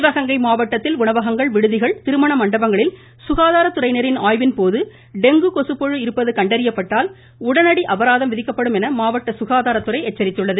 சிவகங்கை மாவட்டத்தில் உணவகங்கள் விடுதிகள் திருமண மண்டபங்களில் சுகாதாரத்துறையின் கொசுப்புழு இருப்பது கண்டறியப்பட்டால் உடனடி அபராதம் விதிக்கப்படும் என மாவட்ட சுகாதாரத்துறை எச்சரித்துள்ளது